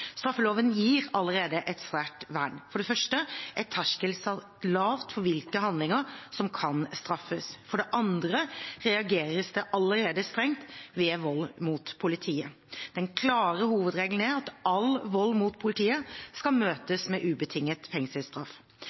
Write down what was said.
Straffeloven gir allerede et sterkt vern. For det første er terskelen satt lavt for hvilke handlinger som kan straffes. For det andre reageres det allerede strengt ved vold mot politiet. Den klare hovedregelen er at all vold mot politiet skal møtes med ubetinget fengselsstraff.